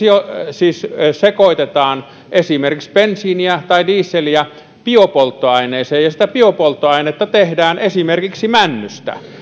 siis sekoitetaan esimerkiksi bensiiniä tai dieseliä biopolttoaineeseen ja sitä biopolttoainetta tehdään esimerkiksi männystä